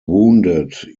wounded